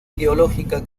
ideológica